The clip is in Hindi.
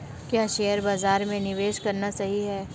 क्या शेयर बाज़ार में निवेश करना सही है?